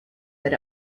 that